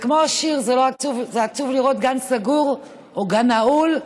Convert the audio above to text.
וכמו השיר: זה עצוב לראות גן סגור, או גן נעול,